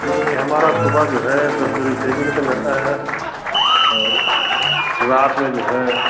नहीं हमारा सुबह जो है दस बजे से एक बजे तक रहता है और रात में जो है